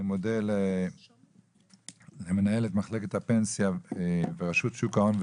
אני מודה למנהלת מחלקת הפנסיה ברשות שוק ההון,